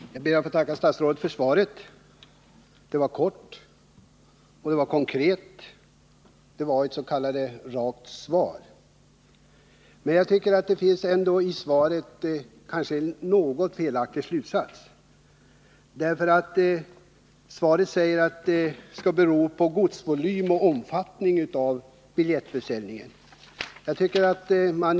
Herr talman! Jag ber att få tacka statsrådet Adelsohn för svaret, som var kort och konkret. Det var ett s.k. rakt svar. Men jag tycker att svaret ändå inrymmer en kanske något felaktig slutsats. Kommunikationsministern säger nämligen att godsvolymen och omfattningen av biljettförsäljningen skall vara avgörande.